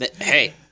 Hey